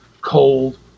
cold